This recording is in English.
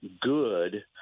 good